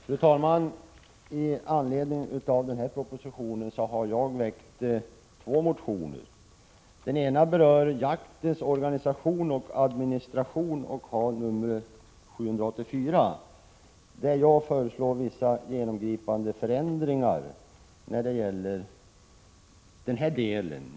Fru talman! I anledning av den föreliggande propositionen har jag väckt två motioner. Den ena, nr 784, berör jaktens organisation och administration. Där föreslås vissa genomgripande förändringar.